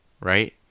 right